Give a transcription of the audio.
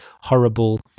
horrible